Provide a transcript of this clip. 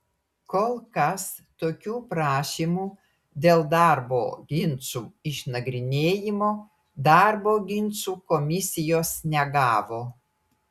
kol kas tokių prašymų dėl darbo ginčų išnagrinėjimo darbo ginčų komisijos negavo